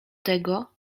tego